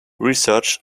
research